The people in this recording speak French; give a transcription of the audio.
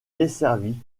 desservie